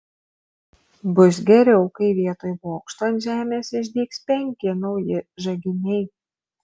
bus geriau kai vietoj bokšto ant žemės išdygs penki nauji žaginiai